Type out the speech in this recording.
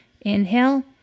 Inhale